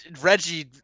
reggie